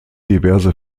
diverse